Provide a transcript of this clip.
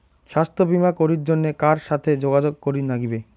স্বাস্থ্য বিমা করির জন্যে কার সাথে যোগাযোগ করির নাগিবে?